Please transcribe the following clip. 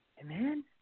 Amen